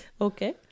Okay